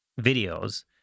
videos